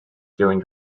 during